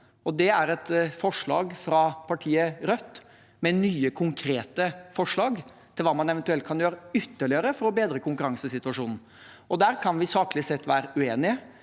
det er et forslag fra partiet Rødt med nye, konkrete forslag til hva man eventuelt kan gjøre ytterligere for å bedre konkurransesituasjonen. Der kan vi saklig sett være uenige.